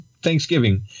thanksgiving